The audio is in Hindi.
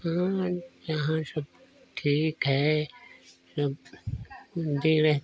हाँ यहाँ सब ठीक है सब